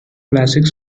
classic